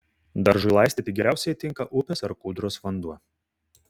daržui laistyti geriausiai tinka upės ar kūdros vanduo